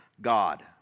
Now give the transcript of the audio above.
God